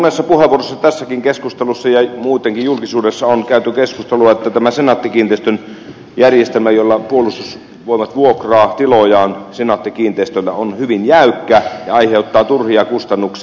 monessa puheenvuorossa tässä ja muutenkin julkisuudessa on käyty keskustelua että senaatti kiinteistöjen järjestelmä jolla puolustusvoimat vuokraa tilojaan senaatti kiinteistöiltä on hyvin jäykkä ja aiheuttaa turhia kustannuksia